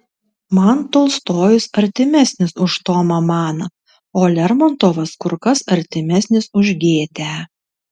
man tolstojus artimesnis už tomą maną o lermontovas kur kas artimesnis už gėtę